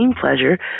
pleasure